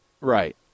Right